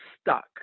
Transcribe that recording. stuck